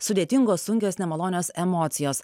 sudėtingos sunkios nemalonios emocijos